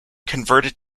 converted